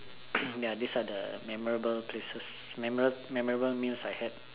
ya this are the memorable places memory memorable meals I had